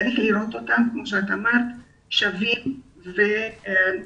צריך לראות את אותם ילדים כשווים וכמועצמים